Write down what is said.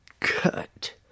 Cut